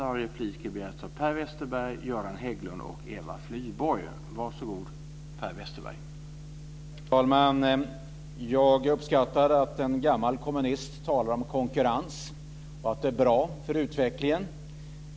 Herr talman! Jag uppskattar att en gammal kommunist talar om att konkurrens är bra för utvecklingen.